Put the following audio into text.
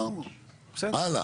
הלאה.